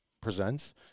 presents